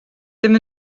ddim